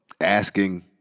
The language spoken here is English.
asking